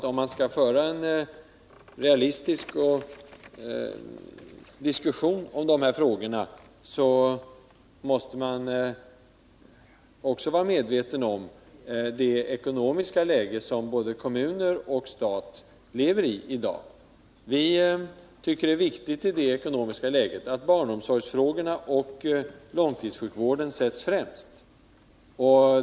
Om man skall föra en realistisk diskussion om de här frågorna, måste man också vara medveten om det ekonomiska läge som både kommuner och stat i dag lever i. Vi tycker att det är viktigt i det ekonomiska läget att barnomsorgen och långtidssjukvården sätts främst.